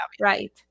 Right